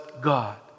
God